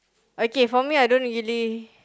okay for me I don't really